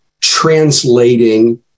translating